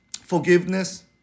forgiveness